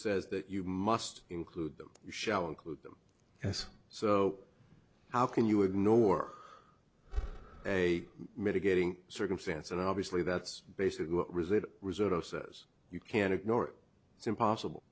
says that you must include them you shall include them as so how can you ignore a mitigating circumstance and obviously that's basically what was it reserved oh says you can't ignore it it's impossible